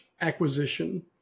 acquisition